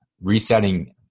resetting